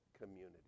community